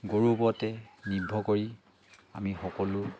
গৰু ওপৰতে নিৰ্ভৰ কৰি আমি সকলো